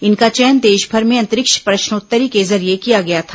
इनका चयन देशभर में अंतरिक्ष प्रश्नोत्तरी के जरिये किया गया था